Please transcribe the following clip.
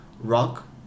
rock